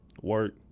work